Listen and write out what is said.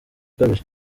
ukabije